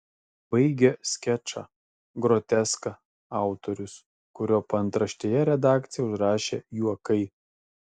baigia skečą groteską autorius kurio paantraštėje redakcija užrašė juokai